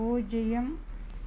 பூஜ்ஜியம்